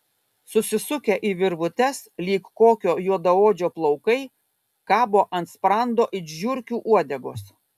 susisukę į virvutes lyg kokio juodaodžio plaukai kabo ant sprando it žiurkių uodegos